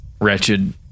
wretched